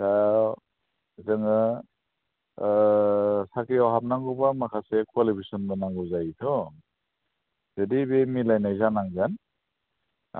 दा जोङो साख्रिआव हाबनांगौबा माखासे कवालिफिकेसनबो नांगौ जायोथ' जुदि बे मिलायनाय जानांगोन